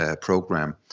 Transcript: program